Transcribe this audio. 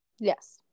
Yes